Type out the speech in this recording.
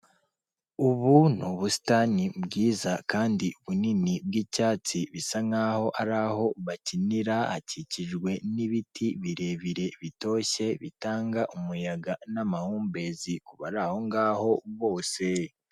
Ubu ni ubusitani bwiza kandi bunini bw'icyatsi bisa nkaho ari aho bakinira, hakikijwe n'ibiti birebire bitoshye bitanga umu n'amahumbezi kubari aho ngaho bose.